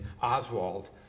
Oswald